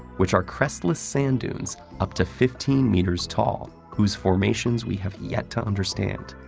which are crestless sand dunes up to fifteen meters tall, whose formations we have yet to understand.